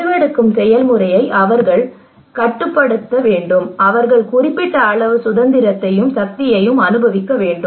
முடிவெடுக்கும் செயல்முறையை அவர்கள் கட்டுப்படுத்த வேண்டும் அவர்கள் குறிப்பிட்ட அளவு சுதந்திரத்தையும் சக்தியையும் அனுபவிக்க வேண்டும்